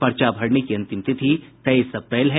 पर्चा भरने की अंतिम तिथि तेईस अप्रैल है